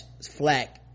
flack